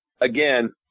again